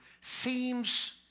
seems